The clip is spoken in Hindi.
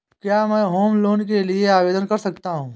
क्या मैं होम लोंन के लिए आवेदन कर सकता हूं?